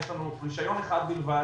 יש לנו רישיון אחד בלבד,